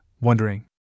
wondering